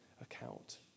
account